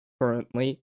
currently